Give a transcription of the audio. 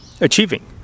achieving